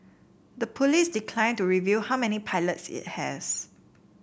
the police declined to reveal how many pilots it has